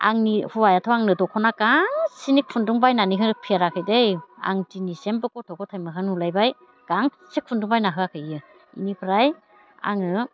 आंनि हौवायाथ' आंनो दखना गांसेनि खुन्दुं बायनानै होफेराखै दै आं दिनैसिमबो गथ' गथाय मोखां नुलायबाय गांसे खुन्दुं बायना होयाखै बियो बेनिफ्राय आङो